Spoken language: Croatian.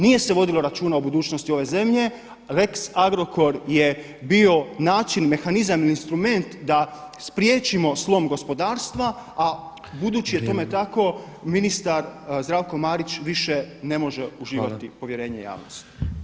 Nije se vodilo računa o budućnosti ove zemlje, lex Agrokor je bio način, mehanizam, ili instrument da spriječimo slom gospodarstva a budući je tome tamo ministar Zdravko Marić više ne može uživati povjerenje javnosti.